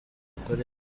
akoresha